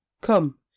Come